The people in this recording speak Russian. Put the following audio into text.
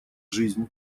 жизнь